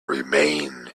remain